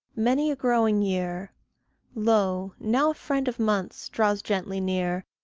many a growing year lo! now a friend of months draws gently near,